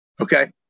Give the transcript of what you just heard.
okay